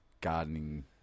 gardening